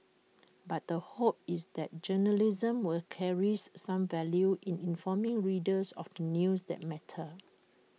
but the hope is that journalism were carries some value in informing readers of the news that matter